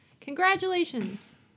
congratulations